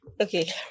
Okay